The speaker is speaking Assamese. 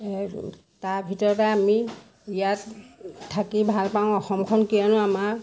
তাৰ ভিতৰতে আমি ইয়াত থাকি ভাল পাওঁ অসমখন কিয়নো আমাৰ